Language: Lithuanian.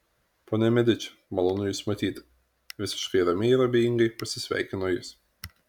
ponia mediči malonu jus matyti visiškai ramiai ir abejingai pasisveikino jis